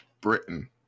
Britain